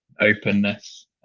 openness